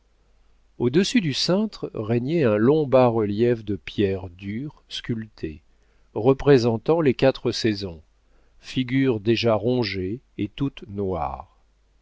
au-dessus du cintre régnait un long bas-relief de pierre dure sculptée représentant les quatre saisons figures déjà rongées et toutes noires